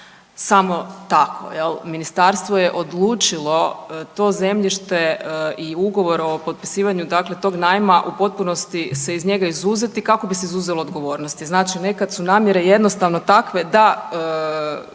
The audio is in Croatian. samo tako jel, ministarstvo je odlučilo to zemljište i ugovor o potpisivanju tog najma u potpunosti se iz njega izuzeti kako bi se izuzelo od odgovornosti. Znači nekad su namjere jednostavno takve da